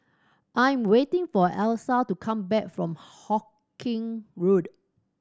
I'm waiting for Alysa to come back from Hawkinge Road